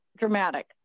dramatic